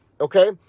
Okay